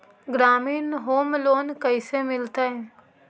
ग्रामीण home loan कैसे मिलतै?